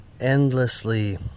endlessly